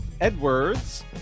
Edwards